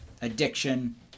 addiction